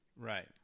Right